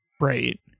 Right